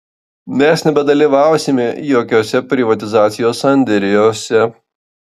mes nebedalyvausime jokiuose privatizacijos sandėriuose